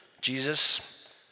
Jesus